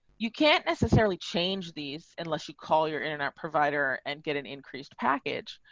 you can't necessarily change these unless you call your internet provider and get an increased package.